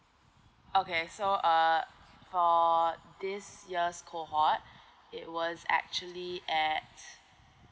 okay so uh for this year's cohort it was actually at